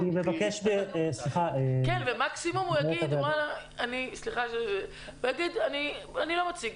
ומקסימום הוא יגיד: אני לא מציג.